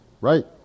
right